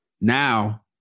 Now